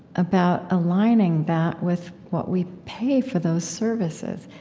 about aligning that with what we pay for those services.